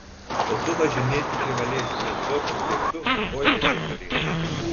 o tu važinėti privalėsi jam tokios kaip tu oi kaip reikalingos